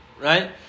right